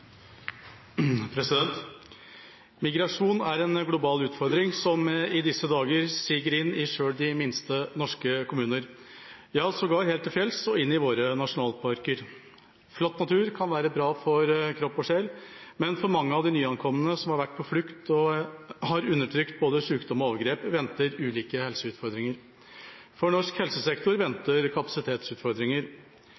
en global utfordring som i disse dager siger inn i selv de minste norske kommuner, ja sågar helt til fjells og inn i våre nasjonalparker. Flott natur kan være bra for kropp og sjel, men for mange av de nyankomne, som har vært på flukt og har undertrykt både sykdom og overgrep, venter ulike helseutfordringer. For norsk helsesektor venter kapasitetsutfordringer.